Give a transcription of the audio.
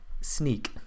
sneak